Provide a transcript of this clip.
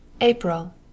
April